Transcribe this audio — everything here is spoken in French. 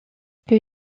peut